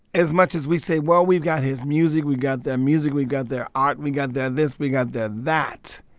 as much as we say, well, we've got his music, we've got their music, we've got their art, we got their this, we got their that,